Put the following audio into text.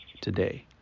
today